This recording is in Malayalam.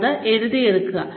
ഇത് എഴുതിയെടുക്കുക